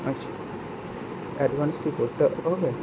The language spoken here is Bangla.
আচ্ছা অ্যাডভান্স কি করতে হবে